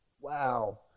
Wow